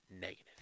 negative